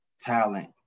talent